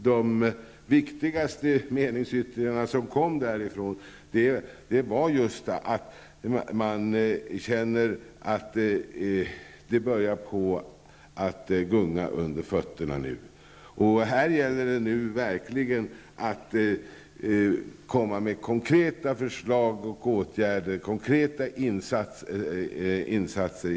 De viktigaste meningsyttringarna som kom därifrån var just att man känner att det börjar på att gunga under fötterna. Här gäller det nu verkligen att komma med konkreta förslag och åtgärder, konkreta insatser.